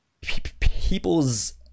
people's